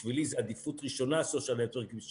בשבילי עדיפות ראשות זה social networking של